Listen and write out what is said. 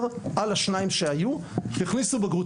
בנוסף לשניים שכבר היו הכניסו בגרות